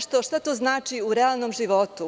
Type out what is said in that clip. Šta to znači u realnom životu?